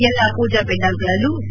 ಎಲ್ಲಾ ಪೂಜಾ ಪೆಂಡಾಲ್ಗಳಲ್ಲಿಯೂ ಸಿ